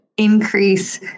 Increase